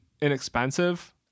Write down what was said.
inexpensive